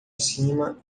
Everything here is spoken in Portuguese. cima